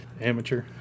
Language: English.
Amateur